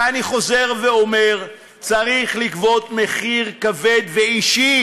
ואני חוזר ואומר: צריך לגבות מחיר כבד ואישי